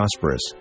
prosperous